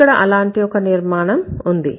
ఇక్కడ అలాంటి ఒక నిర్మాణం ఉంది